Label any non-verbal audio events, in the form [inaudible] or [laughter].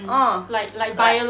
uh [noise]